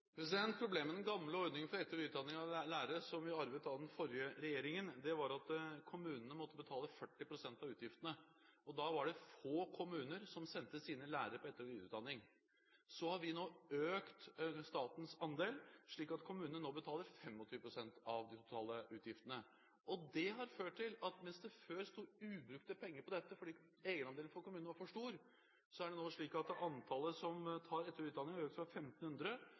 Problemet med den gamle ordningen for etter- og videreutdanning av lærere, som vi arvet av den forrige regjeringen, var at kommunene måtte betale 40 pst. av utgiftene. Da var det få kommuner som sendte sine lærere på etter- og videreutdanning. Så har vi nå økt statens andel, slik at kommunene nå betaler 25 pst. av de totale utgiftene. Det har ført til at mens det før sto ubrukte penger her fordi egenandelen for kommunene var for stor, er det nå slik at antallet som tar etter- og videreutdanning, har økt fra